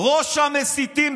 ראש המסיתים.